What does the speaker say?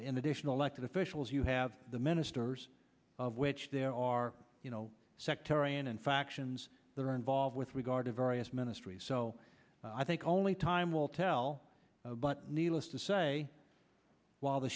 in addition elected officials you have the ministers of which there are you know sectarian and factions that are involved with regard to various ministries so i think only time will tell but needless to say while